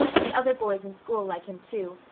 the other boys in school like him too.